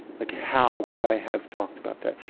like how could i have talked about that?